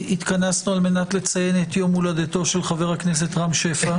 התכנסנו כדי לציין את יום הולדתו של חבר הכנסת רם שפע.